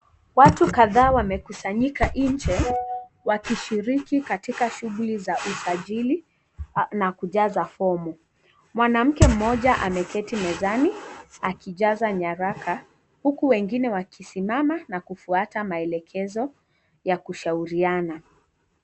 Watu kadhaa wamekusanyika nje, wakishiriki katika shughuli za usajili na kujaza fomu. Mwanamke mmoja, ameketi mezani akijaza nyaraka. Huku, wengine wakisimama na kufuata maelekezo ya kushauriana.